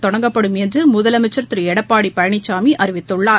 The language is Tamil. நீர் தொடங்கப்படும் என்றுமுதலமைச்சர் திருஎடப்பாடிபழனிசாமிஅறிவித்துள்ளார்